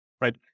right